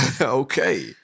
Okay